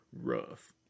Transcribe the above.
rough